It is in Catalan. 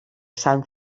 sant